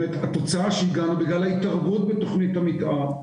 התוצאה שהגענו בגלל ההתערבות בתכנית המתאר,